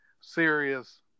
serious